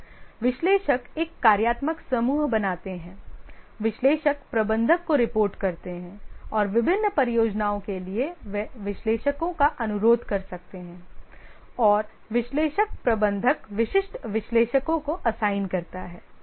विश्लेषक एक कार्यात्मक समूह बनाते हैं विश्लेषक प्रबंधक को रिपोर्ट करते हैं और विभिन्न परियोजनाओं के लिए वे विश्लेषकों का अनुरोध कर सकते हैं और विश्लेषक प्रबंधक विशिष्ट विश्लेषकों को असाइन करता है